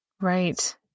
Right